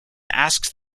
asks